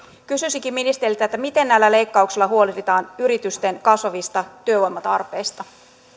kysyisinkin ministeriltä miten näillä leikkauksilla huolehditaan yritysten kasvavista työvoimatarpeista